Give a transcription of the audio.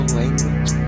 language